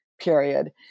period